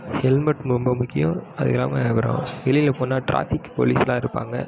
helmet ரொம்ப முக்கியம் அது இல்லாமல் அப்புறம் வெளியில் போனால் ட்ராஃபிக் போலீஸ்லாம் இருப்பாங்க